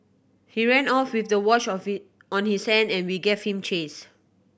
he ran off with the watch of it on his hand and we gave him chase